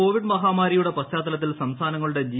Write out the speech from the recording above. Covid മഹാമാരിയുടെ പശ്ചാത്തലത്തിൽ സംസ്ഥാനങ്ങളുടെ ജി